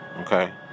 Okay